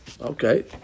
Okay